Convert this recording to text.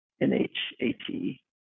N-H-A-T